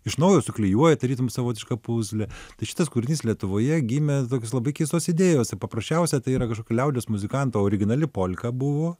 iš naujo suklijuoji tarytum savotišką pūzlę tai šitas kūrinys lietuvoje gimė tokios labai keistos idėjos ir paprasčiausia tai yra kažkokia liaudies muzikanto originali polka buvo